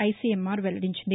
ICMR వెల్లడించింది